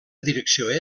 direcció